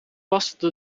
waste